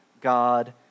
God